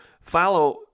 follow